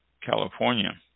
California